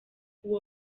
uwo